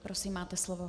Prosím, máte slovo.